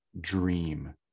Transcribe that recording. dream